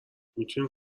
میتونیم